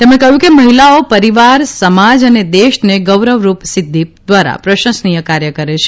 તેમણે કહ્યું કે મહિલાઓ પરિવાર સમાજ અને દેશને ગૌરવરૂપ સિદ્ધિ દ્વારા પ્રશંસનીય કાર્થ કરે છે